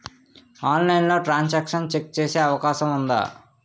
ఆన్లైన్లో transaction check చేసే అవకాశం ఉందా?